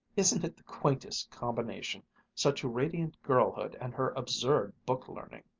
isn't it the quaintest combination such radiant girlhood and her absurd book-learning!